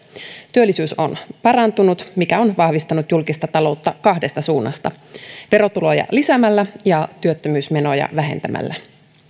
työllisyys on parantunut mikä on vahvistanut julkista taloutta kahdesta suunnasta verotuloja lisäämällä ja työttömyysmenoja vähentämällä